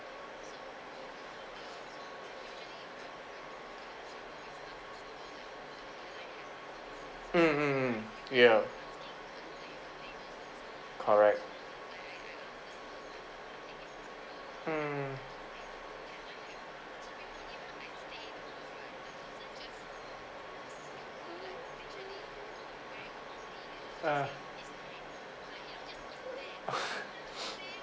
mm mm mm ya correct mm ah